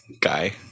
guy